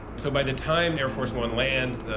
so, by the time air force one lands,